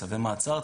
צווי מעצר,